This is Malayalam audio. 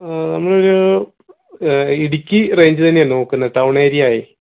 നമ്മളൊരു ഇടുക്കി റേഞ്ച് തന്നെയാണ് നോക്കുന്നത് ടൗൺ ഏരിയയായി